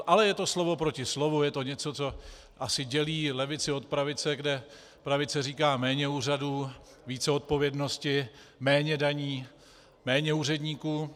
Ale je to slovo proti slovu, je to něco, co asi dělí levici od pravice, kde pravice říká méně úřadů, více odpovědnosti, méně daní, méně úředníků.